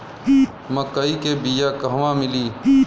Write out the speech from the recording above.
मक्कई के बिया क़हवा मिली?